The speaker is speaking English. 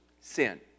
sin